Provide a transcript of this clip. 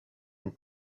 une